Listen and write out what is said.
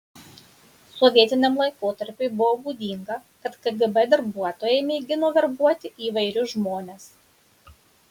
sovietiniam laikotarpiui buvo būdinga kad kgb darbuotojai mėgino verbuoti įvairius žmones